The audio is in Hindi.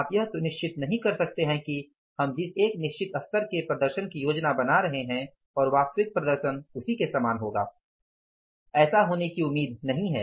आप यह सुनिश्चित नहीं कर सकते हैं कि हम जिस एक निश्चित स्तर के प्रदर्शन की योजना बना रहे है और वास्तविक प्रदर्शन उसी के समान होगा ऐसा होने की उम्मीद नहीं है